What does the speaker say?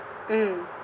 mm